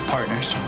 Partners